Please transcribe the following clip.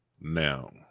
now